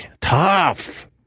Tough